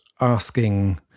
asking